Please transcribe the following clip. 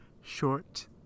short